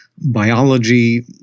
Biology